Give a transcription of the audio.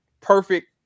Perfect